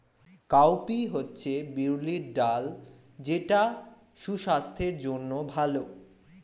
cowpea হচ্ছে বিউলির ডাল যেটা সুস্বাস্থ্যের জন্য ভালো